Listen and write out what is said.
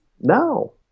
No